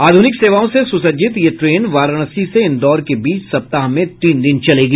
आधुनिक सेवाओं से सुसज्जित यह ट्रेन वाराणसी से इंदौर के बीच सप्ताह में तीन दिन चलेगी